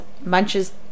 munches